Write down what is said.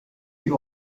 die